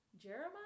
Jeremiah